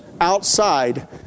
outside